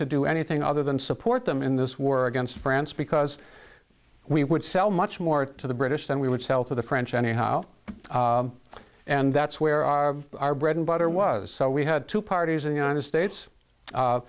to do anything other than support them in this war against france because we would sell much more to the british than we would sell to the french anyhow and that's where our our bread and butter was so we had two parties in the united states